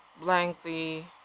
blankly